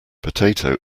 potato